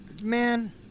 Man